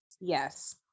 Yes